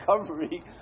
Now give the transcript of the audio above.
recovery